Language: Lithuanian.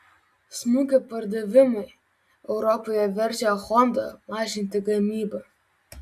smukę pardavimai europoje verčia honda mažinti gamybą